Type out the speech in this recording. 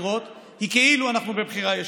בחירות היא כאילו אנחנו בבחירה ישירה.